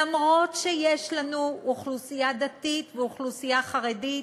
אף שיש לנו אוכלוסייה דתית ואוכלוסייה חרדית,